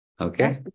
Okay